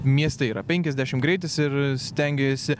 mieste yra penkiasdešim greitis ir stengiasi